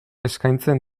eskaintzen